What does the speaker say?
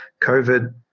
covid